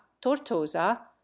tortosa